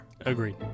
agreed